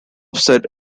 said